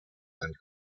and